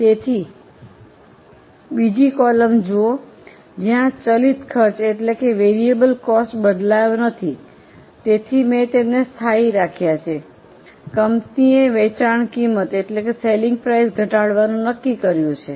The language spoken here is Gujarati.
તેથી બીજી કૉલમ જુઓ જ્યાં ચલિત ખર્ચ બદલાયો નથી તેથી મેં તેમને સ્થાયી રાખ્યા છે કંપનીએ વેચાણ કિંમત ઘટાડવાનું નક્કી કર્યું છે